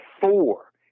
four